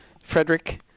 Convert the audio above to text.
Frederick